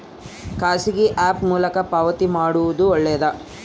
ಖಾಸಗಿ ಆ್ಯಪ್ ಮೂಲಕ ಪಾವತಿ ಮಾಡೋದು ಒಳ್ಳೆದಾ?